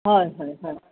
হয় হয় হয়